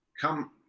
come